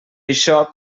això